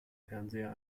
fernseher